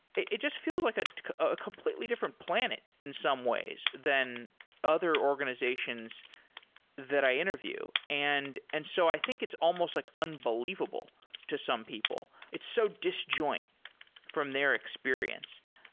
it it just feels like a ah completely different planet in some ways than other organizations that i interview. and and so i think it's almost like unbelievable to some people, or it's so disjoint from their experience.